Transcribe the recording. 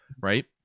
Right